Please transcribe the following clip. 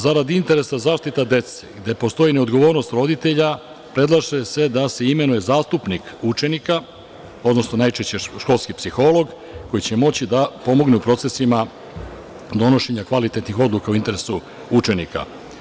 Zarad interesa zaštite dece gde ne postoji odgovornost roditelja predlaže se da se imenuje zastupnik učenika, odnosno najčešće školski psiholog koji će moći da pomogne u procesima donošenja kvalitetnih odluka u interesu učenika.